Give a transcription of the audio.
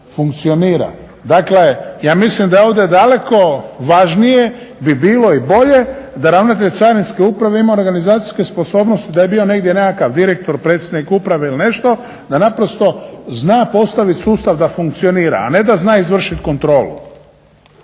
funkcionira. Dakle, ja mislim da ovdje daleko važnije bi bilo i bolje da ravnatelj Carinske uprave ima organizacijske sposobnosti da je bio negdje nekakav direktor, predsjednik uprave ili nešto da naprosto zna postaviti sustav da funkcionira, a ne da zna izvršiti kontrolu.